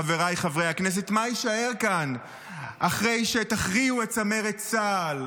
חבריי חברי הכנסת: מה יישאר כאן אחרי שתכריעו את צמרת צה"ל?